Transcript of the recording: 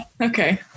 okay